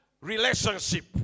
relationship